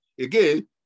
Again